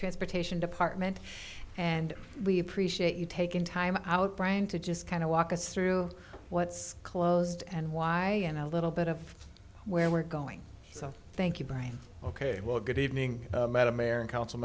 transportation department and we appreciate you taking time out bryan to just kind of walk us through what's closed and why and a little bit of where we're going so thank you brian ok well good evening madam mayor and council